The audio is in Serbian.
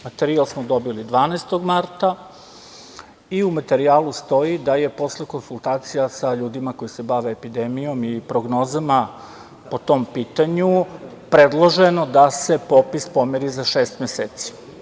Materijal smo dobili 12. marta i u materijalu stoji da je posle konsultacija sa ljudima koji se bave epidemijom i prognozama po tom pitanju predloženo da se popis pomeri za šest meseci.